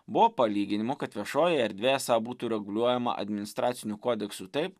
buvo palyginimų kad viešoji erdvė esą būtų reguliuojama administraciniu kodeksu taip